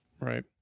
Right